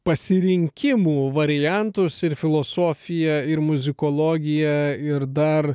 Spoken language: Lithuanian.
pasirinkimų variantus ir filosofiją ir muzikologiją ir dar